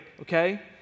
okay